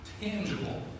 tangible